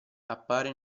appare